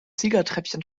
siegertreppchen